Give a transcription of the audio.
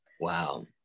wow